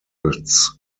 its